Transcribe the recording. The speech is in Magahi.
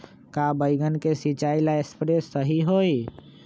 का बैगन के सिचाई ला सप्रे सही होई?